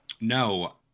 No